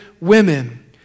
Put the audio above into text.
women